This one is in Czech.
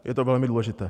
Je to velmi důležité.